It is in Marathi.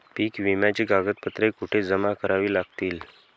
पीक विम्याची कागदपत्रे कुठे जमा करावी लागतील?